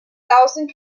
thousand